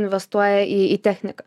investuoja į į techniką